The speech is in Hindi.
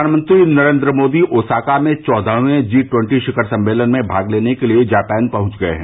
प्रधानमंत्री नरेन्द्र मोदी ओसाका में चौदहवें जी ट्वन्टी शिखर सम्मेलन में भाग लेने के लिए जापान पहुंच गए हैं